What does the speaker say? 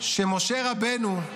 כשמשה רבנו,